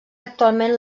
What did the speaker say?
actualment